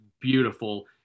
beautiful